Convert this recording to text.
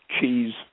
cheese